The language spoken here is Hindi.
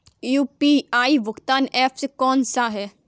यू.पी.आई भुगतान ऐप कौन सा है?